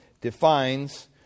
defines